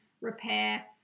repair